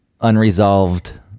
unresolved